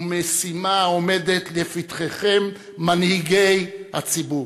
ומשימה העומדת לפתחכם, מנהיגי הציבור.